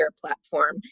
platform